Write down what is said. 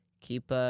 Keep